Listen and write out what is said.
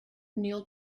neil